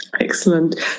Excellent